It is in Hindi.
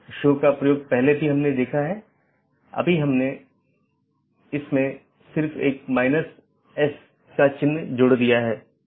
जैसा कि हमने देखा कि रीचैबिलिटी informations मुख्य रूप से रूटिंग जानकारी है